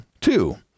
Two